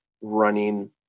running